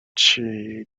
she